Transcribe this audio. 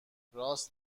راست